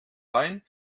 wein